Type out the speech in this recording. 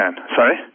sorry